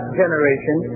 generation